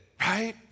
right